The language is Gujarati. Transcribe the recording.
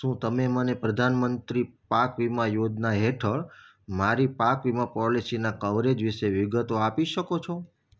શું તમે મને પ્રધાનમંત્રી પાક વીમા યોજના હેઠળ મારી પાક વીમા પૉલિસીના કવરેજ વિશે વિગતો આપી શકો છો